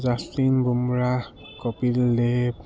Justin Bumrah Kapil Dev